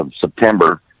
September